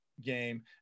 game